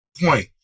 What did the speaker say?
point